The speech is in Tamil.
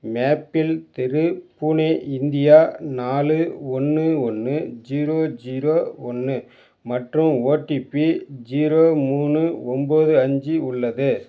மேப்பிள் தெரு புனே இந்தியா நாலு ஒன்று ஒன்று ஜீரோ ஜீரோ ஒன்னு மற்றும் ஓடிபி ஜீரோ மூணு ஒன்போது அஞ்சு உள்ளது